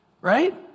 right